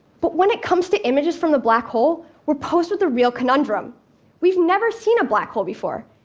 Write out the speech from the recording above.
but when it comes to images from the black hole, we're posed with a real conundrum we've never seen a black hole before.